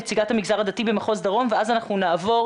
נציגת המגזר הדתי במחוז הדרום ואז אנחנו נעבור